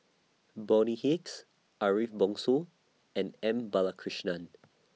Bonny Hicks Ariff Bongso and M Balakrishnan